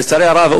לצערי הרב,